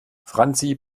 franzi